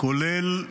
כולל